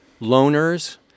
loners